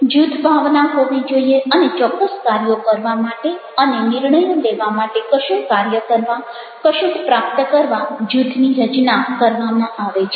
જૂથ ભાવના હોવી જોઈએ અને ચોક્કસ કાર્યો કરવા માટે અને નિર્ણય લેવા માટે કશું કાર્ય કરવા કશુંક પ્રાપ્ત કરવા જૂથની રચના કરવામાં આવે છે